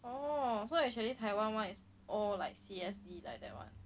oh so actually taiwan [one] is all like C_S_C like that [one]